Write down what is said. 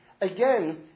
Again